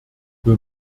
wir